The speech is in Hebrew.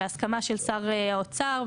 בהסכמה של שר האוצר,